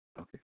Okay